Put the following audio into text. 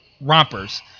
rompers